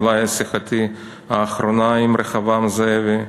אולי שיחתי האחרונה עם רחבעם זאבי,